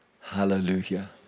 Hallelujah